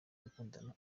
gukundana